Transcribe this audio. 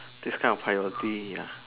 this kind of priority ya